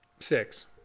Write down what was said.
six